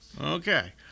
Okay